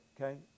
okay